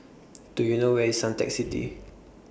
Do YOU know Where IS Suntec City